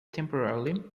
temporarily